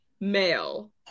male